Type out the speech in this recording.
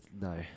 no